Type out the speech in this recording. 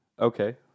Okay